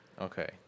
Okay